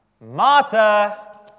Martha